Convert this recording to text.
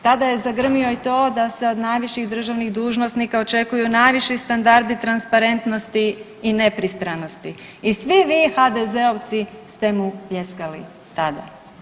Tada je zagrmio i to da se od najviših državnih dužnosnika očekuju najviših standardi transparentnosti i nepristranosti i svi vi HDZ-ovci ste mu pljeskali tada.